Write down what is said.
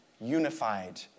unified